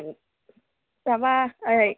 তাৰপৰা এই